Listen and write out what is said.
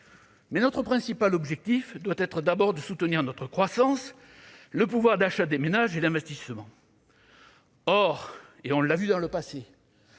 notre principal objectif doit être d'abord de soutenir notre croissance, le pouvoir d'achat des ménages et l'investissement. Or, comme nous l'avons vu dans le passé,